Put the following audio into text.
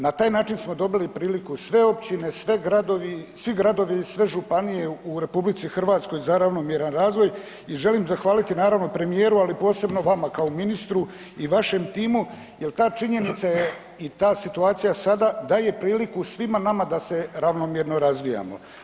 Na taj način smo dobili priliku sve općine, sve gradovi, svi gradovi, sve županije u RH za ravnomjeran razvoj i želim zahvaliti, naravno, premijeru, ali posebno vama kao ministru i vašem timu jer ta činjenica je i ta situacija sada daje priliku svima nama da se ravnomjerno razvijamo.